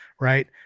right